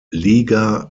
liga